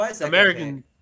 american